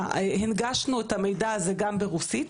והנגשנו את המידע הזה גם ברוסית,